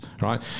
right